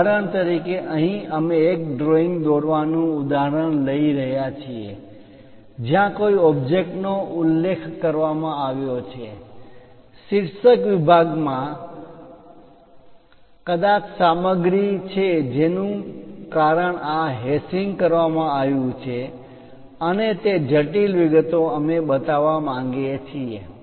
ઉદાહરણ તરીકે અહીં અમે એક ડ્રોઇંગ દોરવાનું ઉદાહરણ લઈ રહ્યા છીએ જ્યાં કોઈ ઓબ્જેક્ટ નો ઉલ્લેખ કરવામાં આવ્યો છે શીર્ષક વિભાગમા ટાઈટલ બ્લોક કદાચ સામગ્રી છે જેનું કારણ આ હેશીંગ કરવામાં આવ્યું છે અને તે જટિલ વિગતો અમે બતાવવા માંગીએ છીએ